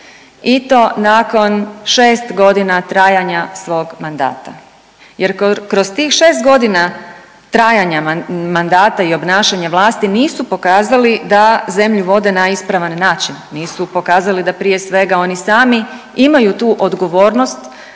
i to nakon 6 godina trajanja svog mandata. Jer kroz tih 6 godina trajanja mandata i obnašanja vlasti nisu pokazali da zemlju vode na ispravan način, nisu pokazali da prije svega, oni sami imaju tu odgovornost